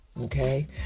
Okay